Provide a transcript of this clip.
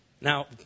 Now